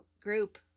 group